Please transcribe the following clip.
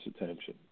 attention